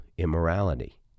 immorality